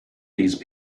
these